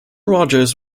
rodgers